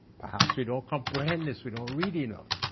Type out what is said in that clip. perhaps we don't comprehend this, we don't read enough.